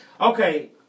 Okay